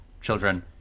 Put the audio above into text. children